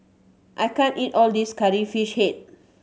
I can't eat all this Curry Fish Head